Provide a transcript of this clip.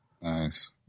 Nice